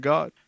God